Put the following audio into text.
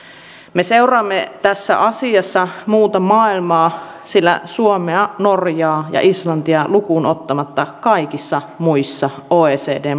me seuraamme tässä asiassa muuta maailmaa sillä suomea norjaa ja islantia lukuun ottamatta kaikissa muissa oecd